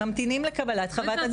הם ממתינים לקבלת חוות הדעת.